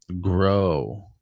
grow